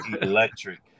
electric